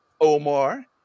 Omar